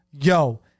Yo